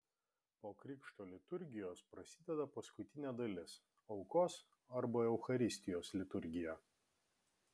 po krikšto liturgijos prasideda paskutinė dalis aukos arba eucharistijos liturgija